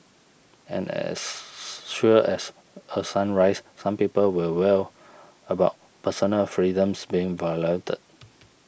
and as sure as a sunrise some people will wail about personal freedoms being violated